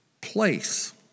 place